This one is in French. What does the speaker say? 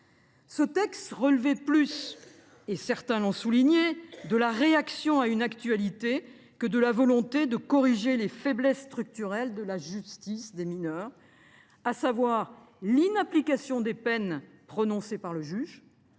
ce texte relevait plus de la réaction à l’actualité que de la volonté de corriger les faiblesses structurelles de la justice des mineurs, à savoir l’inapplication des peines prononcées par le juge,